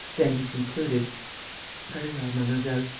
then he concluded very well, mademoiselle,